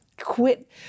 quit